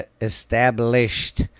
established